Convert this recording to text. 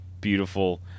beautiful